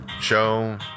show